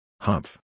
Humph